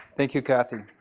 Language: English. thank you kathy.